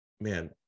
man